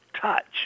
touch